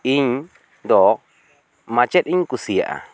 ᱤᱧ ᱫᱚ ᱢᱟᱪᱮᱫ ᱤᱧ ᱠᱩᱥᱤᱭᱟᱜ ᱟ